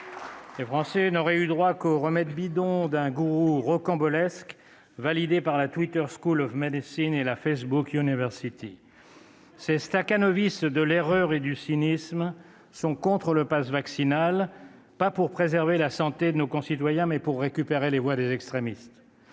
Les Français n'auraient eu droit qu'aux remèdes bidons d'un gourou rocambolesque, validés par la Twitter School of Medicine et la Facebook University ! Ces stakhanovistes de l'erreur et du cynisme sont opposés au passe vaccinal, non pas pour préserver la santé de nos concitoyens, mais pour récupérer les voix des extrémistes.